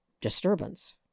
disturbance